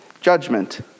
Judgment